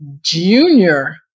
junior